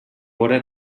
veure